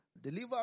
Deliver